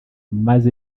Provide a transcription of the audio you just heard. maze